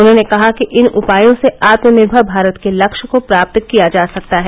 उन्होंने कहा कि इन उपायों से आत्मनिर्मर भारत के लक्ष्य को प्रात किया जा सकता है